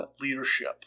leadership